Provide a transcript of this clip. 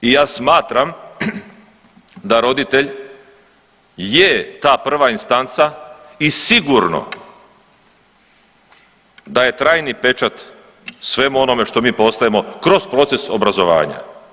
I ja smatram da roditelj je ta prva instanca i sigurno da je trajni pečat svemu onome što mi postajemo kroz proces obrazovanja.